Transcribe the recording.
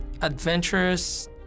adventurous